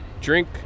drink